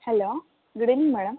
hello good evening madam